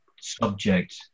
subject